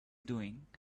doing